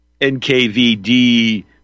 NKVD